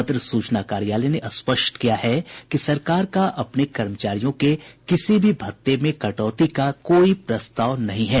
पत्र सूचना कार्यालय ने स्पष्ट किया है कि सरकार का अपने कर्मचारियों के किसी भी भत्ते में कटौती का कोई प्रस्ताव नहीं है